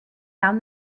down